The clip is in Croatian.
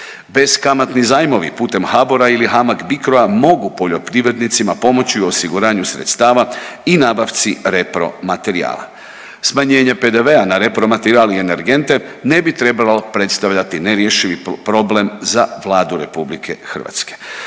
Beskamatni zajmovi putem HBOR-a ili HAMAG BICRO-a mogu poljoprivrednicima pomoći u osiguranju sredstava k nabavci repromaterijala. Smanjenje PDV-a na repromaterijal i energente ne bi trebalo predstavljati nerješivi problem za Vladu Republike Hrvatske.